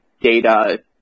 data